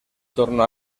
torno